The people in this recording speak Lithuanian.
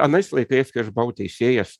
anais laikais kai aš buvau teisėjas